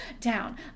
down